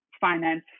finance